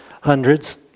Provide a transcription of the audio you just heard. hundreds